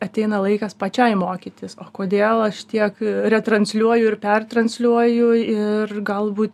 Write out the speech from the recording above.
ateina laikas pačiai mokytis o kodėl aš tiek retransliuoju ir pertransliuoju ir galbūt